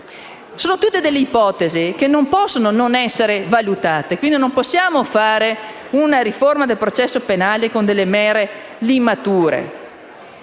Sono tutte ipotesi che non possono non essere valutate. Quindi, non possiamo fare una riforma del processo penale con delle mere limature.